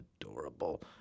adorable